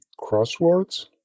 Crosswords